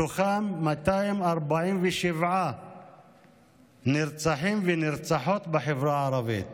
מתוכם 247 נרצחים ונרצחות בחברה הערבית.